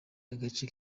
agace